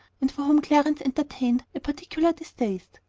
and for whom clarence entertained a particular distaste.